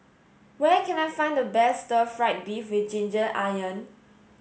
where can I find the best stir fried beef with ginger